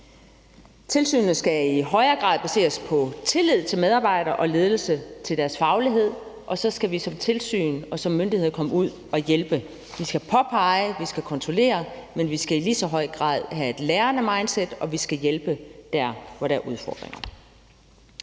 Tilsynet skal i højere grad baseres på tillid til medarbejdere og ledelse og til deres faglighed, og så skal vi som tilsyn og som myndighed komme ud at hjælpe. Vi skal påpege, og vi skal kontrollere, men vi skal i lige så høj grad have et lærende mindset, og vi skal hjælpe der, hvor der er udfordringer.